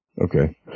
Okay